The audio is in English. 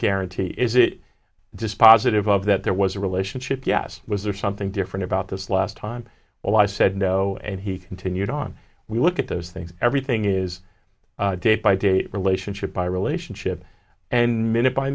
guarantee is it dispositive of that there was a relationship yes was there something different about this last time well i said no and he continued on we look at those things everything is day by day relationship by relationship and minute by